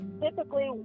typically